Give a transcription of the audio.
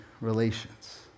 relations